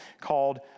called